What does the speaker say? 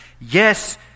Yes